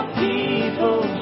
people